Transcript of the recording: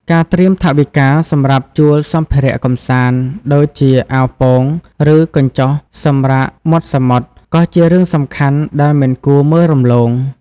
ការត្រៀមថវិកាសម្រាប់ជួលសម្ភារៈកម្សាន្ត ដូចជាអាវពោង ឬកញ្ចុះសម្រាកមាត់សមុទ្រ ក៏ជារឿងសំខាន់ដែលមិនគួរមើលរំលង។